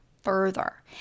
further